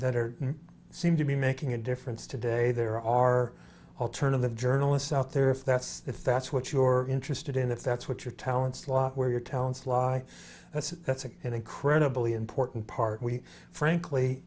that are seem to be making a difference today there are alternative journalists out there if that's if that's what you're interested in if that's what your talent slot where your talents lie that's that's an incredibly important part we frankly